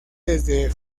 desde